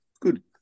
good